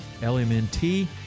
LMNT